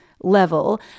level